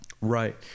Right